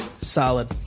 Solid